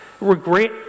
Regret